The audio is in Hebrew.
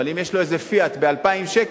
אבל אם יש לו "פיאט" ב-2,000 שקלים,